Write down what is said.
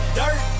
dirt